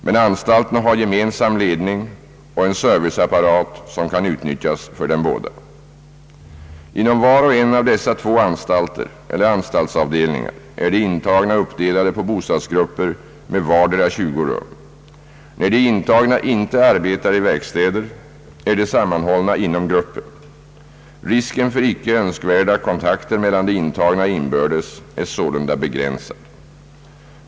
Men anstalterna har gemensam ledning och en serviceapparat som kan utnyttjas för dem båda. Inom var och en av dessa två anstalter eller anstaltsavdelningar är de intagna uppdelade på bostadsgrupper med vardera 20 rum. När de intagna inte arbetar i verkstäder, är de sammanhållna inom gruppen. Risken för icke önskvärda kontakter mellan de intagna inbördes är sålunda begränsad.